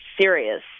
serious